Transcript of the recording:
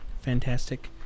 fantastic